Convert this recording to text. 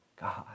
God